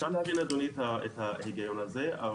אפשר להבין, אדוני, את ההיגיון הזה.